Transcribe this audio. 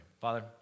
Father